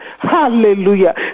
Hallelujah